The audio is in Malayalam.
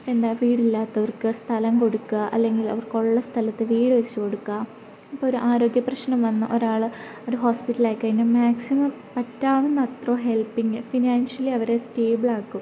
പിന്നെ വീടില്ലാത്തവർക്ക് സ്ഥലം കൊടുക്കുക അല്ലെങ്കിൽ അവർക്കുള്ള സ്ഥലത്ത് വീട് വച്ച് കൊടുക്കുക ഇപ്പോൾ ഒരു ആരോഗ്യപ്രശ്നം വന്ന ഒരാൾ ഒരു ഹോസ്പിറ്റലിലായി കഴിഞ്ഞാൽ മാക്സിമം പറ്റാവുന്ന അത്ര ഹെൽപ്പിങ്ങ് ഫിനാൻഷ്യലി അവരെ സ്റ്റേബിളാക്കും